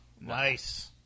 Nice